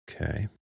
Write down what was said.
Okay